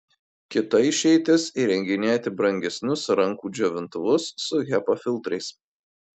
kita išeitis įrenginėti brangesnius rankų džiovintuvus su hepa filtrais